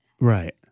right